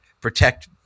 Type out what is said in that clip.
protect